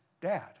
dad